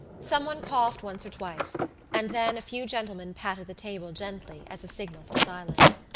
someone coughed once or twice and then a few gentlemen patted the table gently as a signal for silence.